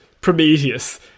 Prometheus